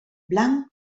blanc